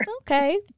Okay